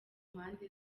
mpande